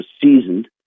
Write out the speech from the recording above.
seasoned